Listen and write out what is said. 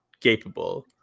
capable